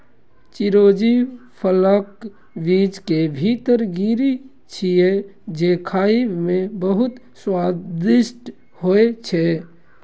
चिरौंजी फलक बीज के भीतर गिरी छियै, जे खाइ मे बहुत स्वादिष्ट होइ छै